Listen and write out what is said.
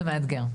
זה מאתגר.